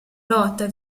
lotta